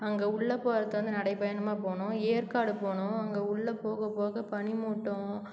அங்கே உள்ளே போகிறத்த வந்து நடைபயணமாக போனோம் ஏற்காடு போனோம் அங்கே உள்ளே போக போக பனி மூட்டம்